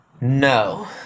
No